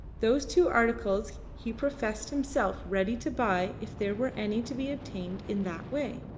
those two articles he professed himself ready to buy if there were any to be obtained in that way.